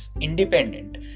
independent